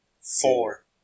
four